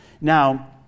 Now